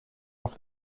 off